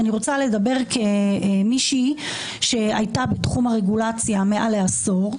ואני רוצה לדבר כמי שהייתה בתחום הרגולציה מעל לעשור,